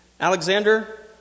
Alexander